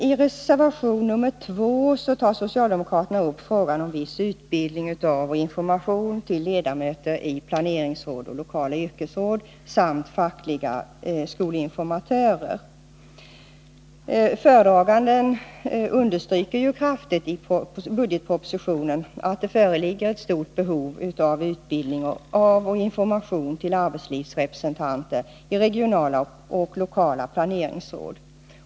I reservation nr 2 tar socialdemokraterna upp frågan om viss utbildning av och information till ledamöter i planeringsråd och lokala yrkesråd samt fackliga skolinformatörer. Föredraganden understryker i budgetpropositionen kraftigt att det föreligger ett stort behov av utbildning av och information till arbetslivsrepresentanter i regionala och lokala planeringsråd.